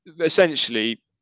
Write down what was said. essentially